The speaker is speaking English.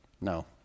No